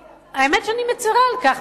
האמת היא שאני מצרה על כך,